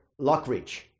Lockridge